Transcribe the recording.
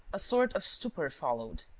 a sort of stupor followed.